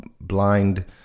blind